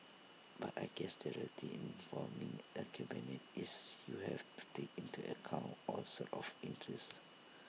but I guess the reality in forming A cabinet is you have to take into account all sorts of interests